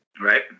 Right